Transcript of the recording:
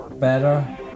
Better